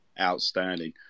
Outstanding